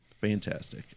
Fantastic